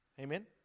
Amen